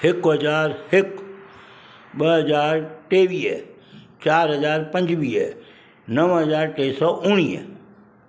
हिकु हज़ारु हिकु ॿ हज़ार टेवीह चारि हज़ार पंजुवीह नव हज़ार टे सौ उणिवीह